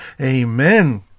Amen